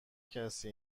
کسی